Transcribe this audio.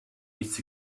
its